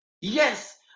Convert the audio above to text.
Yes